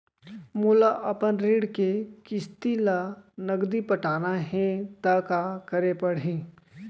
मोला अपन ऋण के किसती ला नगदी पटाना हे ता का करे पड़ही?